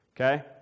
Okay